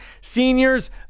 Seniors